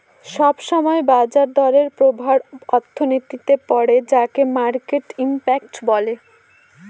সব সময় বাজার দরের প্রভাব অর্থনীতিতে পড়ে যাকে মার্কেট ইমপ্যাক্ট বলে